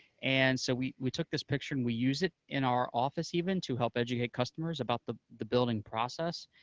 and so we we took this picture, and we use it in our office, even, to help educate customers about the the building process,